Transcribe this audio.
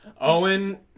Owen